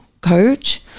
coach